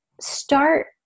start